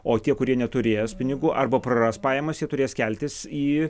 o tie kurie neturės pinigų arba praras pajamas jie turės keltis į